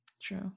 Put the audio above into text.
true